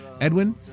Edwin